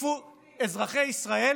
אזרחי ישראל